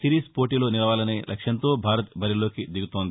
series పోటీలో నిలవాలనే లక్ష్యంతో భారత్ బరిలోకి దిగనుంది